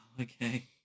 Okay